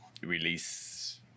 release